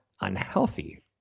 unhealthy